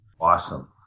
Awesome